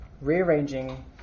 Rearranging